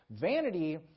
Vanity